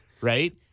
right